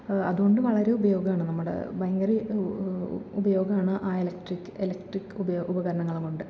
അതുകൊണ്ട് വളരെ ഉപയോഗമാണ് നമ്മുടെ ഭയങ്കര ഉപയോഗമാണ് ആ എലക്ട്രിക്ക് എലക്ട്രിക്ക് ഉപയോഗം ഉപകരണങ്ങളുമുണ്ട്